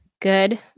Good